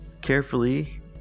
carefully